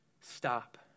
Stop